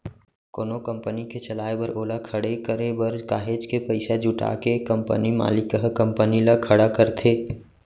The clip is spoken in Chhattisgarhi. कोनो कंपनी के चलाए बर ओला खड़े करे बर काहेच के पइसा जुटा के कंपनी मालिक ह कंपनी ल खड़ा करथे